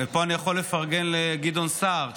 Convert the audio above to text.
פה אני יכול לפרגן לגדעון סער,